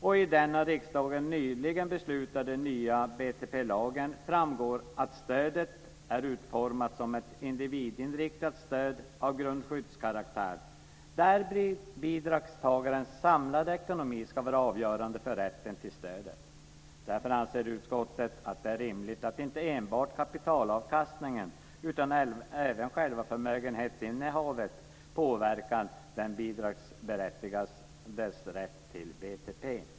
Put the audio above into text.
Och av den av riksdagen nyligen beslutade nya BTP lagen framgår att stödet är utformat som ett individinriktat stöd av grundskyddskaraktär, där bidragstagarens samlade ekonomi ska vara avgörande för rätten till stöd. Därför anser utskottet att det är rimligt att inte enbart kapitalavkastningen utan även själva förmögenhetsinnehavet påverkar den bidragsberättigades rätt till BTP.